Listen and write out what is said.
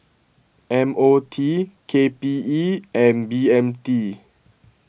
M O T K P E and B M T